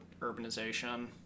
urbanization